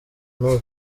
n’ubu